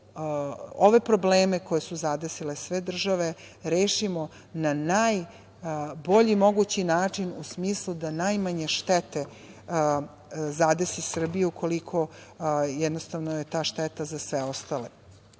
ove probleme koji su zadesile sve države rešimo na najbolji mogući način, u smislu da najmanje štete zadesi Srbiju koliko je jednostavno ta šteta za sve ostale. Zato